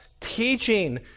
teaching